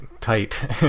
tight